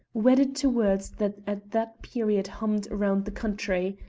wedded to words that at that period hummed round the country.